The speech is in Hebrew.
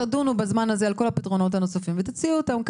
תדונו בזמן הזה על כל הפתרונות הנוספים ותציעו אותם.